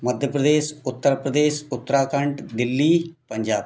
Madhya Pradesh Uttar Pradesh Uttarakhand Delhi Punjab